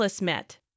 Met